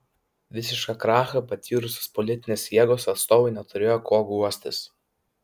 visišką krachą patyrusios politinės jėgos atstovai neturėjo kuo guostis